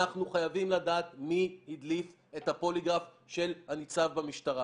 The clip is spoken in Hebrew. אנחנו חייבים לדעת מי הדליף את הפוליגרף של הניצב במשטרה.